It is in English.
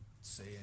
say